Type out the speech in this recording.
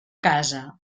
casa